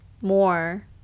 more